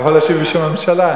אתה יכול להשיב בשם הממשלה.